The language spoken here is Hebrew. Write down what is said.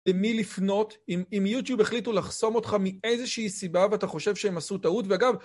למי לפנות, אם יוטיוב החליטו לחסום אותך מאיזושהי סיבה ואתה חושב שהם עשו טעות ואגב...